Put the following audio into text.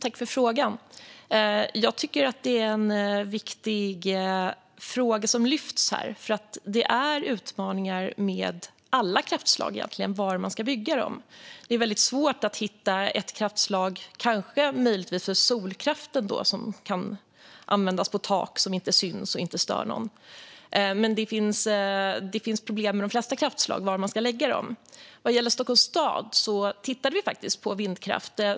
Herr talman! Jag tycker att det är en viktig fråga som lyfts här. Det finns utmaningar med alla kraftslag, egentligen, när det gäller var man ska bygga dem. Det är väldigt svårt att hitta ett kraftslag - möjligtvis med undantag av solkraften, som kan användas på tak och som inte syns och inte stör någon - som det inte finns problem med när det handlar om var man ska ha anläggningarna. Vad gäller Stockholms stad har vi faktiskt tittat på vindkraft.